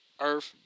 Earth